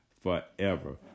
forever